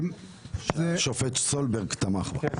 השופט סולברג תמך בה.